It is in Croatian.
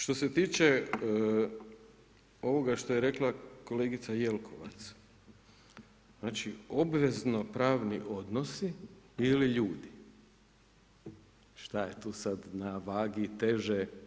Što se tiče ovoga što je rekla kolegica Jelkovac, znači obveznopravni odnosi ili ljudi, šta je tu sada na vagi teže?